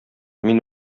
мин